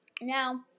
Now